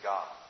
God